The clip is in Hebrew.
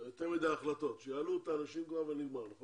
יותר מדיי החלטות, שיעלו את האנשים כבר ונגמור.